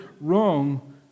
wrong